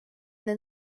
then